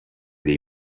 dei